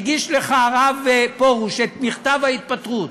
מאז הגיש לך הרב פרוש את מכתב ההתפטרות,